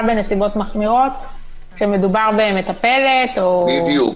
בנסיבות מחמירות כשמדובר במטפלת או --- בדיוק.